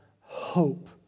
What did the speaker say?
hope